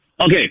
Okay